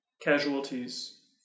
casualties